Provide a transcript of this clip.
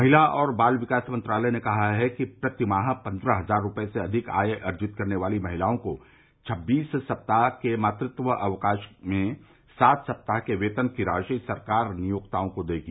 महिला और बाल विकास मंत्रालय ने कहा है कि प्रतिमाह पन्द्रह हजार रुपये से अधिक आय अर्जित करने वाली महिलाओं को छबीस सप्ताह के मातृत्व अवकाश में सात सप्ताह के वेतन की राशि सरकार नियोक्ताओं को देगी